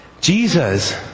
Jesus